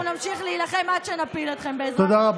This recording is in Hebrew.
עכשיו התור של יואב בן צור.